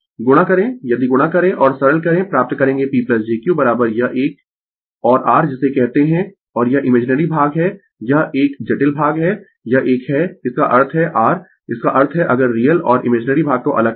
गुणा करें यदि गुणा करें और सरल करें प्राप्त करेंगें P jQ यह एक और r जिसे कहते है और यह इमेजिनरी भाग है यह एक जटिल भाग है यह एक है इसका अर्थ है r इसका अर्थ है अगर रियल और इमेजिनरी भाग को अलग करें